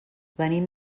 venim